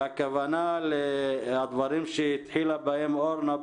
והכוונה לדברים שהתחילה בהם אורנה פז,